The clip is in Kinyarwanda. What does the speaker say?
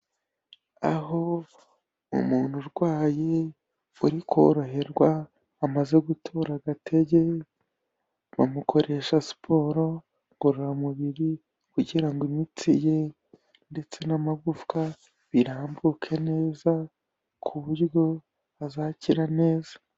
Aho umuntu urwaye uri koroherwa amaze gutora agatege, bamukoresha siporo ngororamubiri kugira ngo imitsi ye ndetse n'amagufwa birambuke neza ku buryo azakira neza.